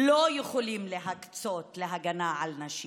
לא יכולים להקצות להגנה על נשים,